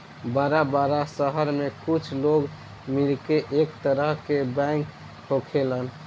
बड़ा बड़ा सहर में कुछ लोग मिलके एक तरह के बैंक खोलेलन